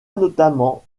notamment